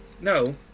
no